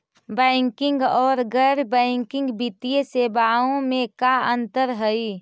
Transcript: Banking और गैर banking वित्तीय सेवाओं में का अंतर हइ?